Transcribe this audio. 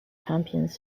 champions